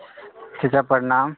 चाचा प्रणाम